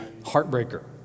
heartbreaker